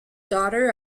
daughter